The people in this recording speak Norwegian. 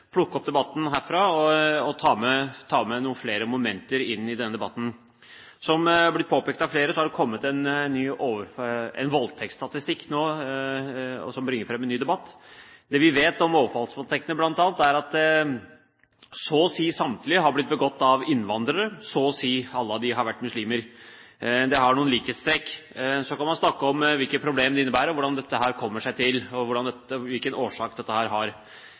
plukke opp debatten herfra og ta med noen flere momenter inn i den. Som det har blitt påpekt av flere, har det nå kommet en voldtektsstatistikk, som bringer fram en ny debatt. Det vi vet om overfallsvoldtekter, bl.a., er at så å si samtlige har blitt begått av innvandrere, og så å si alle av dem har vært muslimer. De har noen likhetstrekk. Så kan man snakke om hvilke problemer det innebærer, hvordan dette har blitt slik, og hvilken årsak dette har.